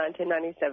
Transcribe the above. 1997